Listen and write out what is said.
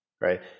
right